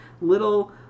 little